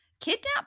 Kidnap